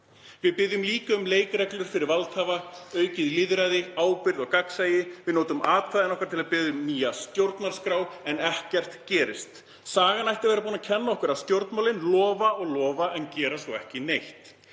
Við biðjum líka um leikreglur fyrir valdhafa, aukið lýðræði, ábyrgð og gagnsæi. Við notum atkvæðin okkar til að biðja um nýja stjórnarskrá en ekkert gerist. Sagan ætti að vera búin að kenna okkur að stjórnmálin lofa og lofa en gera svo ekki neitt.